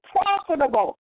profitable